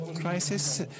crisis